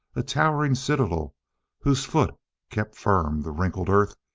a towering citadel whose foot kept firm the wrinkled earth,